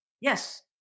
Yes